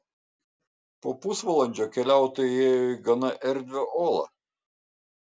po pusvalandžio keliautojai įėjo į gana erdvią olą